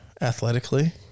athletically